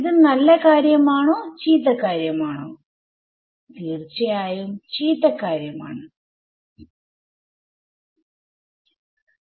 ഇത് നല്ല കാര്യമാണോ ചീത്ത കാര്യം ആണോ തീർച്ചയായും ചീത്ത കാര്യം ആണ്